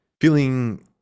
feeling